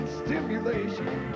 stimulation